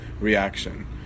reaction